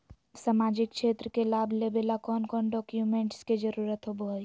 सामाजिक क्षेत्र के लाभ लेबे ला कौन कौन डाक्यूमेंट्स के जरुरत होबो होई?